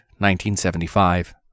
1975